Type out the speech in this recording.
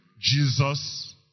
Jesus